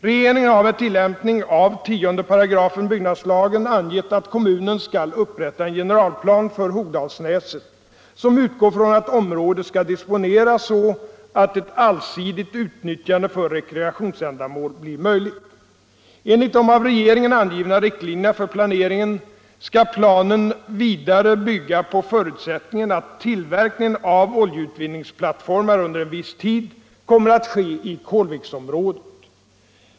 Regeringen har med tillämpning av 10 a § byggnadslagen angett att kommunen skall upprätta en generalplan för Hogdalsnäset som utgår från att området skall disponeras så att ett allsidigt utnyttjande för rekreationsändamål blir möjligt. Enligt de av regeringen angivna riktlinjerna skall planen vidare bygga på förutsättningen att tillverkning av oljeutvinningsplattformar under viss tid kommer att ske i Kålviksområdet.